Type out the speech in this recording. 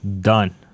Done